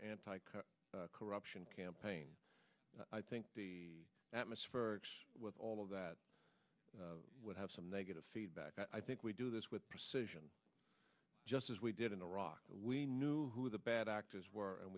anti cut corruption campaign i think the atmospherics with all of that would have some negative feedback i think we do this with precision just as we did in iraq we knew who the bad actors were and